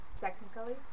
technically